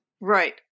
right